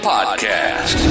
Podcast